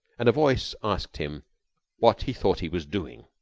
and a voice asked him what he thought he was doing.